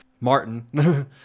Martin